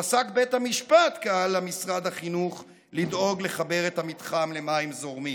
פסק בית המשפט כי על משרד החינוך לדאוג לחבר את המתחם למים זורמים.